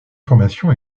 formation